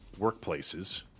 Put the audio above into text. workplaces